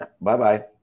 Bye-bye